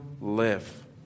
live